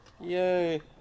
Yay